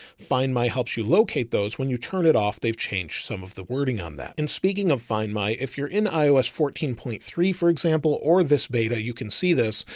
find my helps you locate those. when you turn it off, they've changed some of the wording on that. and speaking of find my, if you're in ios fourteen point three, for example, or this beta, you can see this,